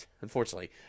Unfortunately